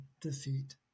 defeat